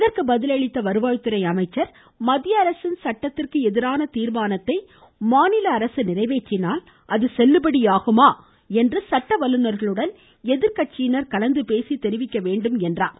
இதற்கு பதிலளித்த அமைச்சர் மத்திய அரசின் சட்டத்திற்கு எதிரான தீர்மானத்தை மாநில அரசு நிறைவேற்றினால் அது செல்லுபடியாகுமா என்று சட்டவல்லுநர்களுடன் எதிர்கட்சியினர் கலந்துபேசி தெரிவிக்க வேண்டும் என்று குறிப்பிட்டார்